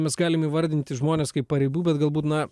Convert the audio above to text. mes galim įvardinti žmones kaip paribų bet galbūt na